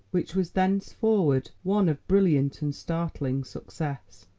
which was thenceforward one of brilliant and startling success.